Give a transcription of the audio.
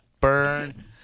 Burn